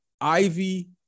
Ivy